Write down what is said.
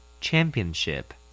Championship